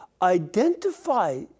identify